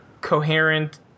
coherent